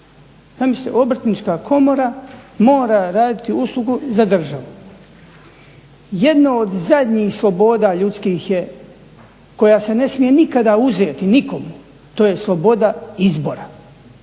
Zamislite, Obrtnička komora mora raditi uslugu za državu. Jedno od zadnjih sloboda ljudskih je koja se ne smije nikada uzeti nikomu to je sloboda izbora,